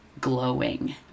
glowing